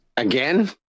again